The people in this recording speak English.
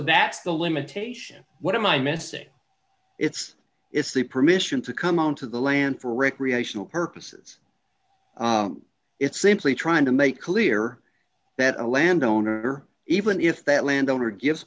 that's the limitation what am i missing it's it's the permission to come onto the land for recreational purposes it's simply trying to make clear that a land owner even if that land owner gi